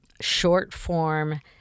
short-form